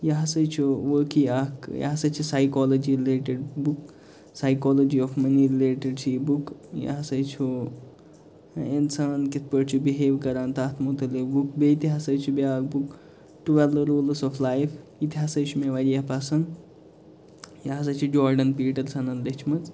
یہِ ہسا چھُ وٲقعٕے اَکھ یہِ ہسا چھِ psychology related book psychology of money related چھِ یہِ بُک یہِ ہسا چھُ اِنسان کِتھ پٲٹھۍ چھُ بِہیو کران تَتھ متعلق بُک بیٚیہِ تہِ ہسا چھِ بیاکھ book twelve rules of life یِہ تہِ ہسا چھِ مےٚ واریاہ پسنٛد یہِ ہسا چھِ جارڈَن پِٹِرسَنن لیچھمٕژ